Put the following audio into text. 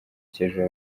cy’ejo